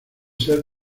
ser